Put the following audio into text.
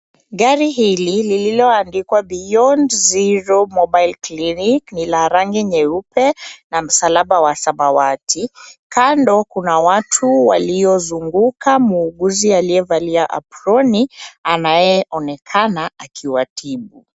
Gari hili lililoandikwa beyond zero mobile clinic. Ni la rangi nyeupe na msalaba wa samawati. Kando kuna watu waliozunguka muunguzi aliyevalia aproni, anayeonekana akiwatibu.